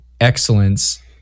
excellence